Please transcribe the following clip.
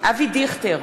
אבי דיכטר,